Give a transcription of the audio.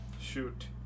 Shoot